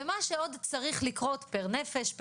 ומה שעוד צריך לקרות פר נפש,